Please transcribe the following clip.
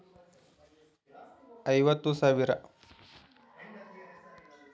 ಒಂದ್ ತಿಂಗಳಿಗೆ ಎಷ್ಟ ಯು.ಪಿ.ಐ ವಹಿವಾಟ ಮಾಡಬೋದು?